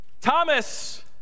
Thomas